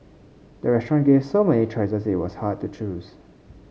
the restaurant gave so many choices that it was hard to choose